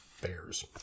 bears